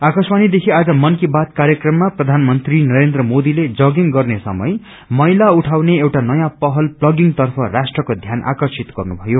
आकाशवाणीदेखि आज मन की बात कार्यक्रममा प्रबानमन्त्री नरेन्द्र मोदीले जगिंग गर्ने समय मैला उठाउने एउटा नयाँ पहल प्तार्गिंग तर्फ राष्ट्रको ध्यान आकर्षित गर्नुभयो